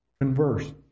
converse